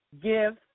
give